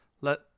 Let